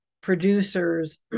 producers